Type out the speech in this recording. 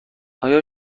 آیا